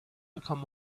become